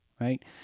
right